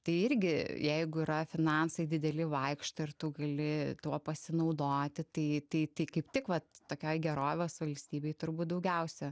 tai irgi jeigu yra finansai dideli vaikšto ir tu gali tuo pasinaudoti tai tai tai kaip tik vat tokioj gerovės valstybėj turbūt daugiausia